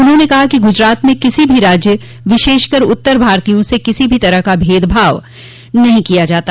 उन्होंने कहा कि गुजरात में किसी भी राज्य विशेषकर उत्तर भारतीयों से किसी तरह का भेदभाव नहीं किया जाता